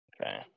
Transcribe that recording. Okay